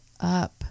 up